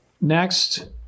Next